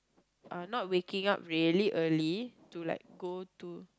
uh not waking up really early to like go to